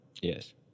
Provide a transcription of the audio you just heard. Yes